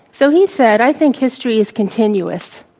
so, he said, i think history is continuous.